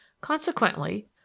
consequently